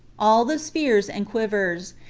all the spears and quivers,